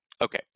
Okay